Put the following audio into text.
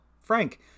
Frank